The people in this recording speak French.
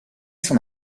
son